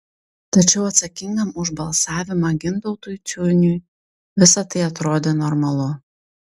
tačiau atsakingam už balsavimą gintautui ciuniui visa tai atrodė normalu